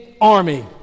army